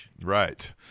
Right